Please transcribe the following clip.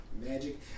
magic